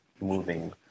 moving